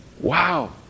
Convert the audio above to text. Wow